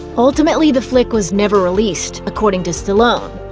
ultimately, the flick was never released, according to stallone.